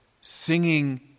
singing